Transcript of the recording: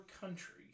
country